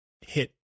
hit